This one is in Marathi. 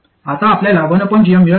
आता आपल्याला 1gm मिळत आहे